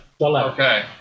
Okay